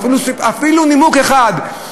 אפילו נימוק אחד,